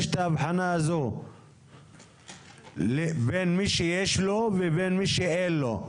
יש את ההבחנה הזו בין מי שיש לו לבין שאין לו,